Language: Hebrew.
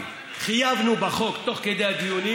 חייבנו בחוק תוך כדי הדיונים.